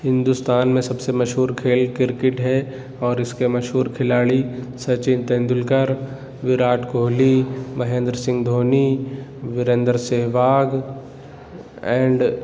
ہندوستان میں سب سے مشہور کھیل کرکٹ ہے اور اس کے مشہور کھلاڑی سچن تندولکر وراٹ کوہلی مہیندر سنگھ دھونی وریندر سہواگ اینڈ